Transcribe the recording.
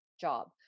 job